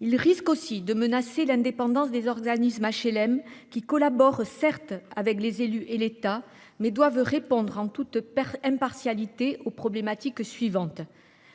Il risque ensuite de menacer l’indépendance des organismes d’HLM, qui collaborent, certes, avec les élus et l’État, mais doivent répondre en toute impartialité aux problématiques suivantes :